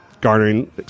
garnering